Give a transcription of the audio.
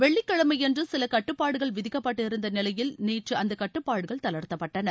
வெள்ளிக்கிழமையன்று சில கட்டுப்பாடுகள் விதிக்கப்பட்டு இருந்த நிலையில் நேற்று அந்தக் கட்டுப்பாடுகள் தளர்த்தப்பட்டன